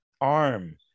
arm